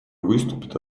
выступит